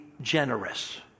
generous